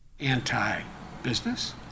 anti-business